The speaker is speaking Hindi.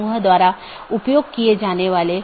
दूसरा BGP कनेक्शन बनाए रख रहा है